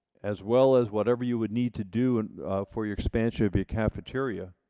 as well as whatever you would need to do and for your expansion of your cafeteria,